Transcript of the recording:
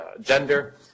gender